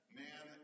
man